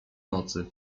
nocy